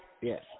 Yes